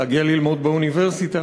להגיע ללמוד באוניברסיטה.